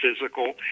physical